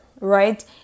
right